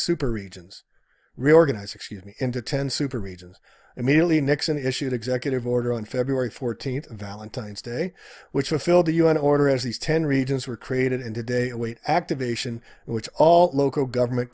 super regions reorganize excuse me into ten super regions immediately nixon issued executive order on feb fourteenth valentine's day which will fill the un order as these ten regions were created and today await activation which all local government